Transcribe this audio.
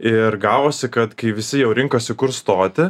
ir gavosi kad kai visi jau rinkosi kur stoti